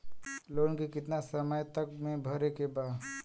Loan के कितना समय तक मे भरे के बा?